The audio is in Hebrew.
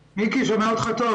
מיקי, אני שומע אותך היטב.